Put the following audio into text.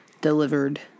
delivered